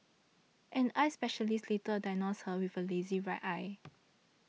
an eye specialist later diagnosed her with a lazy right eye